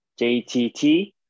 JTT